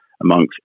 amongst